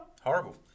Horrible